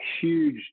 huge